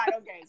Okay